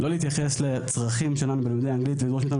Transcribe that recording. לא להתייחס לצרכים שלנו בלימודי אנגלית ולדרוש מאיתנו